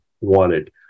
wanted